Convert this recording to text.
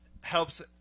helps